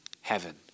heaven